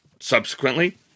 subsequently